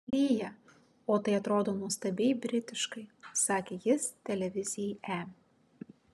lyja o tai atrodo nuostabiai britiškai sakė jis televizijai e